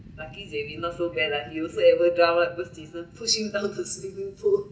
lucky that it not so bad lah he also ever drown [one] because he get pushing down to swimming pool